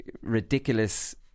ridiculous